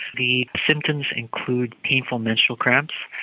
the symptoms include painful menstrual cramps,